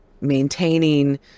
maintaining